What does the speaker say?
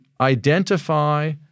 identify